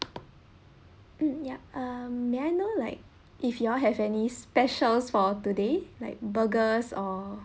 mm yup err may I know like if you all have any specials for today like burgers or